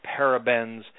parabens